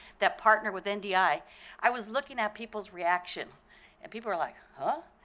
that partnered with ah ndi. i i was looking at people's reaction and people were like, huh?